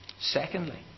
Secondly